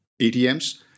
ATMs